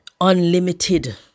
unlimited